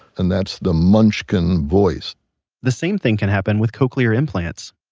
and that's the munchkin voice the same thing can happen with cochlear implants